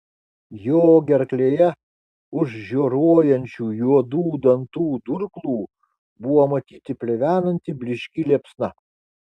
jo gerklėje už žioruojančių juodų dantų durklų buvo matyti plevenanti blyški liepsna